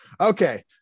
Okay